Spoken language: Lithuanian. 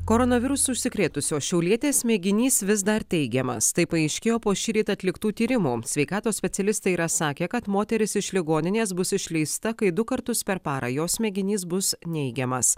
koronavirusu užsikrėtusios šiaulietės mėginys vis dar teigiamas tai paaiškėjo po šįryt atliktų tyrimų sveikatos specialistai yra sakę kad moteris iš ligoninės bus išleista kai du kartus per parą jos mėginys bus neigiamas